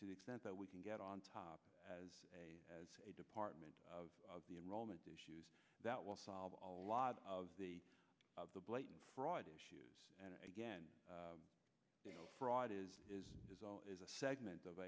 to the extent that we can get on top as a as a department of the enrollment issues that will solve a lot of the of the blatant fraud issues and again fraud is is a segment of